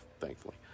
thankfully